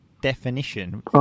definition